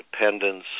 independence